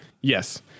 Yes